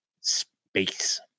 space